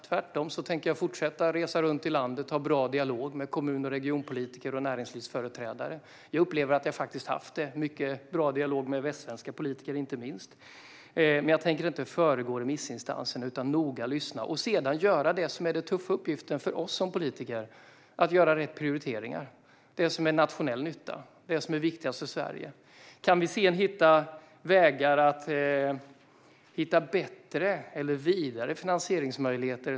Tvärtom tänker jag fortsätta att resa runt i landet och ha bra dialog med kommun och regionpolitiker och näringslivsföreträdare. Jag upplever att jag haft mycket bra dialog, inte minst med västsvenska politiker. Men jag tänker inte föregripa remissinstanserna utan kommer att lyssna noga och sedan göra det som är den tuffa uppgiften för oss som politiker: att göra rätt prioriteringar. Vi ska prioritera det som ger nationell nytta och är viktigast för Sverige. Kan vi sedan hitta bättre eller vidare finansieringsmöjligheter?